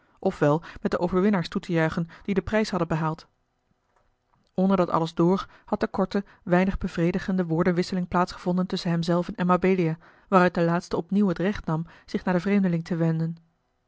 wel met de overwinnaars toe te juichen die den prijs hadden behaald onder dat alles door had de korte weinig bevredigende woordenwisseling plaatsgevonden tusschen hem zelven en mabelia waaruit de laatste opnieuw het recht nam zich naar den vreemdeling te wenden